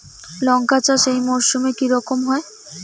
লঙ্কা চাষ এই মরসুমে কি রকম হয়?